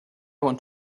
want